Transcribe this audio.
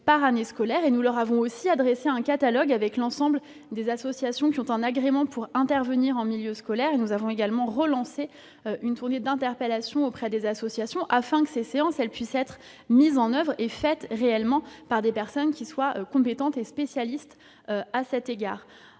par année scolaire. Nous leur avons aussi adressé un catalogue mentionnant l'ensemble des associations qui ont un agrément pour intervenir en milieu scolaire. Nous avons par ailleurs relancé une tournée d'interpellations auprès des associations, afin que ces séances puissent être mises en oeuvre et menées réellement par des personnes compétentes et spécialistes. En outre,